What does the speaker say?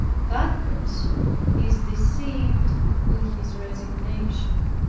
that person is deceived with his resignation.